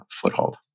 foothold